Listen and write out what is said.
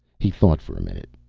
he thought for a minute.